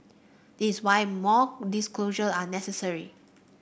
this is why more disclosure are necessary